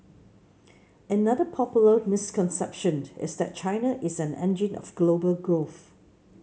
another popular misconception is that China is an engine of global growth